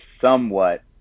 somewhat